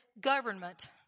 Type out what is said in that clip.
government